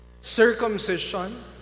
Circumcision